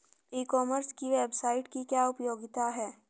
ई commerce की website की क्या उपयोगिता है?